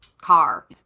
car